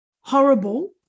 horrible